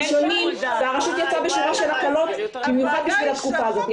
הרשות יצאה בשורת הקלות במיוחד בתקופה הזאת.